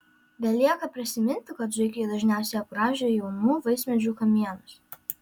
belieka prisiminti kad zuikiai dažniausiai apgraužia jaunų vaismedžių kamienus